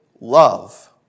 love